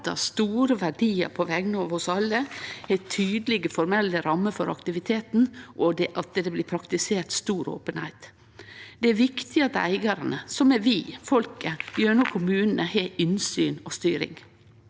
store verdiar på vegner av oss alle, har tydelege formelle rammer for aktiviteten, og at det blir praktisert stor openheit. Det er viktig at eigarane – som er vi, folket – gjennom kommunane har innsyn og styring.